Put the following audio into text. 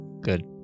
Good